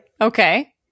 Okay